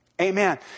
Amen